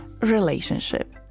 relationship